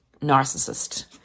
narcissist